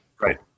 Right